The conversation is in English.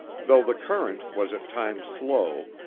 though the current was at times slow,